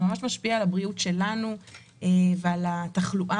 זה ממש משפיע על הבריאות שלנו ועל התחלואה